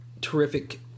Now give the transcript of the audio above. terrific